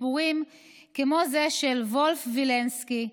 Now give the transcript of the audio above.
סיפורים כמו זה של וולף וילנסקי,